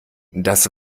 das